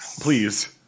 Please